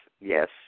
yes